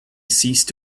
ceased